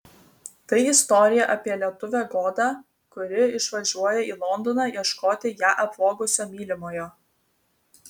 tai istorija apie lietuvę godą kuri išvažiuoja į londoną ieškoti ją apvogusio mylimojo